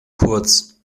kurz